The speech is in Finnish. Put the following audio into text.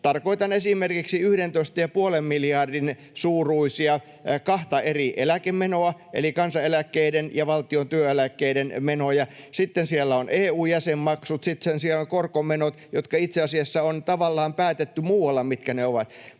Tarkoitan esimerkiksi 11,5 miljardin suuruisia kahta eri eläkemenoa eli kansaneläkkeiden ja valtion työeläkkeiden menoja. Sitten siellä on EU-jäsenmaksut, sitten on korkomenot, joista itse asiassa on tavallaan päätetty muualla, mitkä ne ovat.